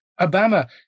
Obama